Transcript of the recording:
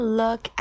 look